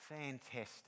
fantastic